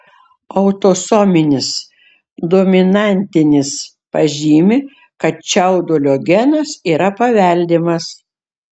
autosominis dominantinis pažymi kad čiaudulio genas yra paveldimas